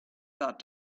that